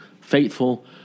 faithful